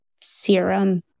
serum